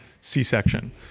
C-section